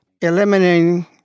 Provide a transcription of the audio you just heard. eliminating